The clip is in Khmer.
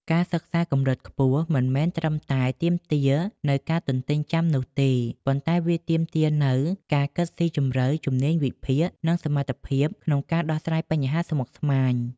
ការសិក្សាកម្រិតខ្ពស់មិនមែនត្រឹមតែទាមទារនូវការទន្ទេញចាំនោះទេ ប៉ុន្តែវាទាមទារនូវ ការគិតស៊ីជម្រៅ ជំនាញវិភាគ និងសមត្ថភាពក្នុងការដោះស្រាយបញ្ហាស្មុគស្មាញ។